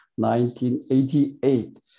1988